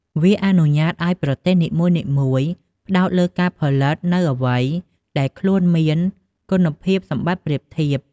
វាអនុញ្ញាតឱ្យប្រទេសនីមួយៗផ្តោតលើការផលិត នូវអ្វីដែលខ្លួនមានគុណសម្បត្តិប្រៀបធៀប។